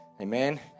Amen